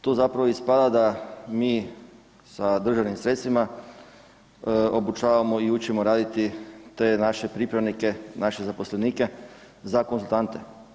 Tu zapravo ispada da mi sa državnim sredstvima obučavamo i učimo raditi te naše pripravnike, naše zaposlenike za konzultante.